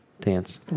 dance